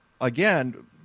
again